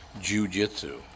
Jiu-jitsu